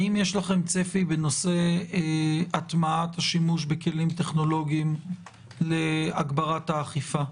האם יש לכם צפי בנושא הטמעת השימוש בכלים טכנולוגיים להגברת האכיפה?